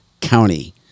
county